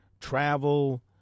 travel